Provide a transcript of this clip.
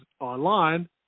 online